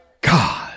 God